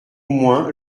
moins